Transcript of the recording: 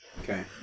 okay